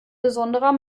besonderer